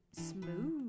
Smooth